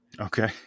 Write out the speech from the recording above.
Okay